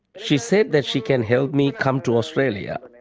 she said that she can help me come to australia,